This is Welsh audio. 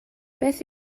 beth